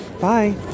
Bye